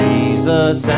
Jesus